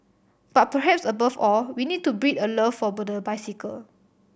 but perhaps above all we need to breed a love for the bicycle